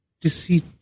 deceit